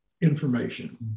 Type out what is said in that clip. information